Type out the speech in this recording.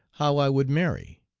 how i would marry,